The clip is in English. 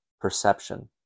perception